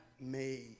made